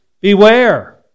Beware